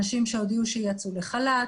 אנשים שהודיעו שיצאו לחל"ת,